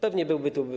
Pewnie byłby tu.